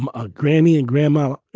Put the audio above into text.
um a granny and grandma.